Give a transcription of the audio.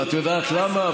ואת יודעת למה?